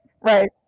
right